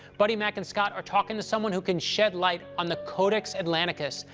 buddy, mac, and scott are talking to someone who can shed light on the codex atlanticus,